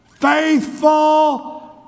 Faithful